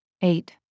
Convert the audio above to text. Eight